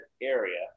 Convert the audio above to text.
area